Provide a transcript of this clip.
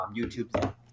YouTube